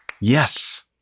Yes